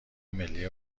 ملی